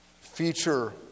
feature